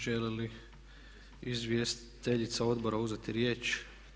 Želi li izvjestiteljica Odbora uzeti riječ?